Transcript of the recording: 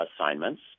assignments